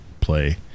play